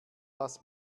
lass